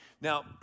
Now